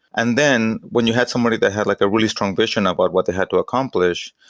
and then when you had somebody that had like a really strong vision about what they had to accomplish,